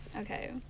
Okay